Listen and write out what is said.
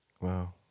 Wow